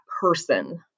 person